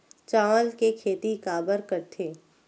चावल के खेती काबर करथे?